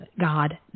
God